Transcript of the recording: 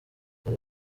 dore